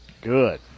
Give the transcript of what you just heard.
Good